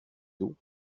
dos